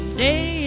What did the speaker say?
day